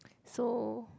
so